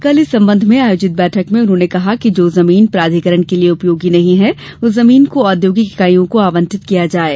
कल इस संबंध में आयोजित बैठक में उन्होंने कहा कि जो जमीन प्राधिकरण के लिये उपयोगी नहीं है उस जमीन को औद्योगिक ईकाईयों को आवंटित किया जाये